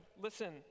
Listen